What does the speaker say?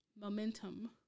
momentum